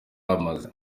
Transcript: amaze